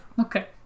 okay